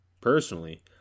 Personally